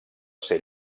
ser